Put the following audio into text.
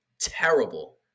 terrible